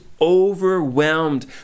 overwhelmed